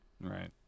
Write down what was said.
right